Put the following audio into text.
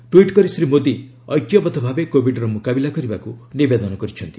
tweet କରି ଶ୍ରୀ ମୋଦୀ ଐକ୍ୟବଦ୍ଧ ଭାବେ କୋବିଡ୍ର ମୁକାବିଲା କରିବାକୁ ନିବେଦନ କରିଛନ୍ତି